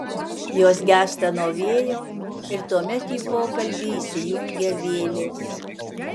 jos gęsta nuo vėjo ir tuomet į pokalbį įsijungia vėlės